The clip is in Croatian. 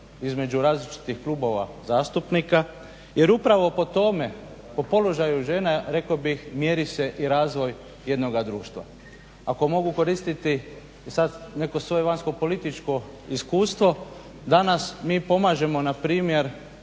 između različitih klubova zastupnika jer upravo o tome, o položaju žena rekao bih mjeri se i razvoj jednoga društva. Ako mogu koristiti sad neko svoje vanjskopolitičko iskustvo, danas mi pomažemo npr.,